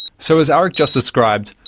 so as aric just described,